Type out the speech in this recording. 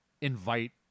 invite